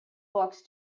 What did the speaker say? books